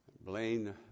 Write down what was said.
Blaine